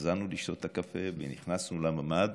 חזרנו לשתות את הקפה ונכנסו לממ"ד,